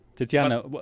Tatiana